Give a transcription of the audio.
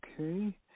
Okay